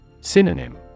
Synonym